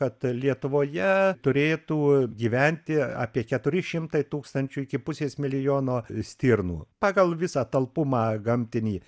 kad lietuvoje turėtų gyventi apie keturi šimtai tūkstančių iki pusės milijono stirnų pagal visą talpumą gamtinį